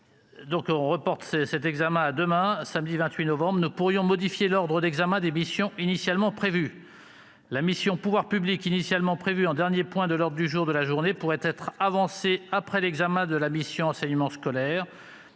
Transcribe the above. face à la crise sanitaire » à demain, samedi 28 novembre 2020, nous pourrions modifier l'ordre d'examen des missions initialement prévu. La mission « Pouvoirs publics », initialement prévue en dernier point de l'ordre du jour de la journée, pourrait être avancée après l'examen de la mission « Enseignement scolaire